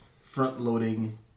front-loading